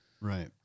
Right